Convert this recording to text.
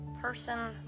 person